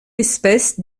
espèce